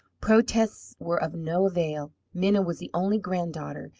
protests were of no avail. minna was the only granddaughter.